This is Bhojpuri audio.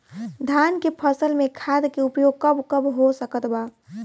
धान के फसल में खाद के उपयोग कब कब हो सकत बा?